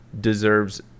deserves